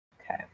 Okay